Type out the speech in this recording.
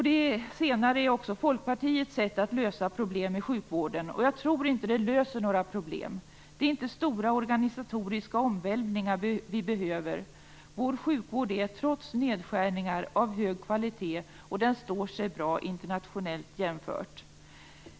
Det senare är också Folkpartiets sätt att lösa problem i sjukvården. Jag tror inte att det löser några problem. Det är inte stora organisatoriska omvälvningar vi behöver. Vår sjukvård är trots nedskärningar av hög kvalitet. Den står sig bra vid internationella jämförelser.